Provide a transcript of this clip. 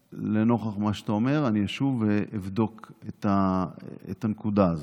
לנוכח מה שאתה אומר אני אשוב ואבדוק את הנקודה הזאת,